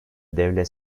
devlet